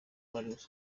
wari